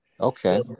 Okay